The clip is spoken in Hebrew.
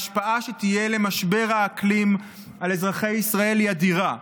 ההשפעה שתהיה למשבר האקלים על אזרחי ישראל היא אדירה,